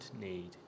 need